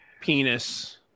penis